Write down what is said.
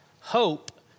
hope